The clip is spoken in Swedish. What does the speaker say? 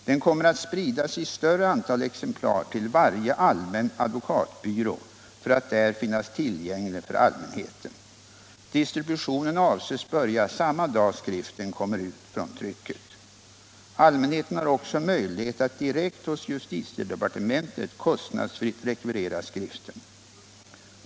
Den kommer att spridas i ett större antal exemplar till varje allmän advokatbyrå för att där finnas tillgänglig för allmänheten. Distributionen avses börja samma dag som skriften kommer ut från trycket. Allmänheten har också möjlighet att direkt hos justitiedepartementet kostnadsfritt rekvirera skriften.